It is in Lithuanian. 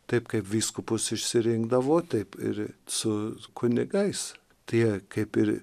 taip kaip vyskupus išsirinkdavo taip ir su kunigais tai jie kaip ir